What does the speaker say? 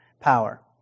power